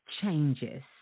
changes